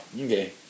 Okay